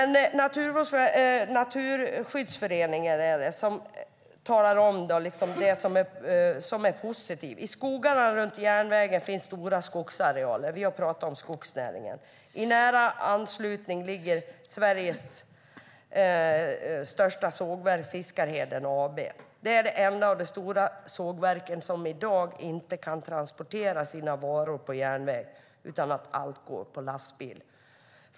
Naturskyddsföreningen har pekat på det som är positivt med banan: I skogarna runt järnvägen finns stora skogsarealer. I nära anslutning ligger Sveriges största sågverk, Fiskarheden AB. Det är det enda av de stora sågverken som i dag inte kan transportera sitt gods på järnväg. Allt körs med lastbil.